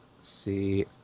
see